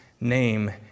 name